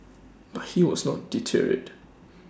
but he was not deterred